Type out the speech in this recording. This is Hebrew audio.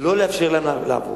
לא לאפשר להם לעבוד,